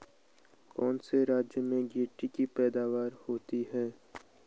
कौन से राज्य में गेंठी की पैदावार होती है?